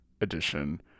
edition